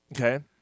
Okay